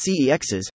CEXs